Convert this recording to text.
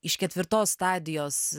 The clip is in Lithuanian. iš ketvirtos stadijos